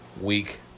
week